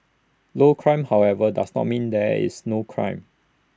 low crime however does not mean that there is no crime